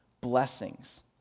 blessings